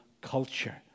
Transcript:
culture